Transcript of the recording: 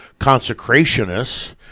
consecrationists